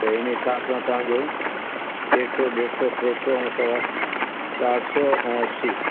त हिन हिसाब सां तव्हांजो ॾेढु सौ ॾेढु सौ टे सौ ऐं सवा सौ चारि सौ ऐं असी